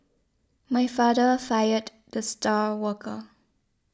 my father fired the star worker